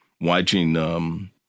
watching